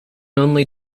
only